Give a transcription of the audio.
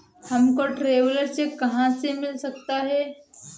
हमको traveller cheque कहाँ से मिल सकता है?